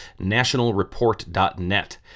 nationalreport.net